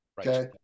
Okay